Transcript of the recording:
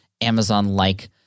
Amazon-like